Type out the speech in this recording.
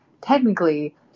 Technically